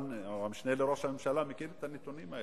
שהמשנה לראש הממשלה מכיר את הנתונים האלה,